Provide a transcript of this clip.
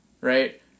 right